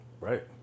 Right